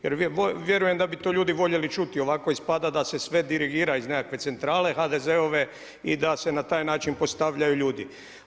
Jer vjerujem da bi to ljudi voljeli čuti, ovako ispada da se sve dirigira iz nekakve centrale HDZ-ove i da se na taj način postavljaju ljudi.